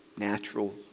natural